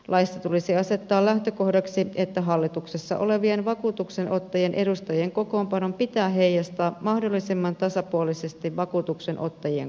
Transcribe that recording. laissa tulisi asettaa lähtökohdaksi että hallituksessa olevien vakuutuksenottajien edustajien kokoonpanon pitää heijastaa mahdollisimman tasapuolisesti vakuutuksenottajien koostumusta